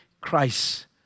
Christ